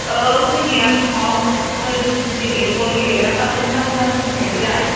औ जोंनि आसामाव मो गेले बल गेलेग्राफ्रा मोजां मोजां दंखायो दा